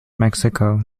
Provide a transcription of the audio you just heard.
mexico